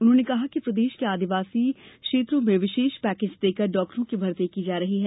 उन्होंने कहा कि प्रदेश के आदिवासी क्षेत्रों में विशेष पैकेज देकर डॉक्टरों की भर्ती की जा रही है